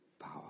power